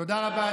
תודה רבה.